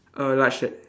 err large shirt